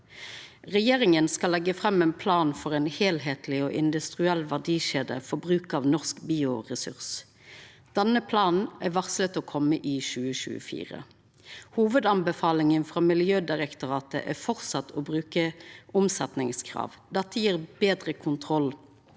regjeringa skal «legge frem en plan for en helhetlig og industriell verdikjede for bruk av norske bioressurser». Denne planen er varsla å koma i 2024. Hovudtilrådinga frå Miljødirektoratet er framleis å bruka omsetningskrav. Dette gjev betre kontroll